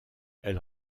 elle